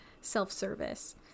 self-service